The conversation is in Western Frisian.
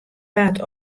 waard